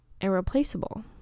irreplaceable